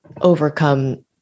overcome